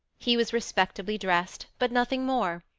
he was respectably dressed, but nothing more,